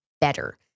better